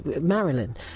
Marilyn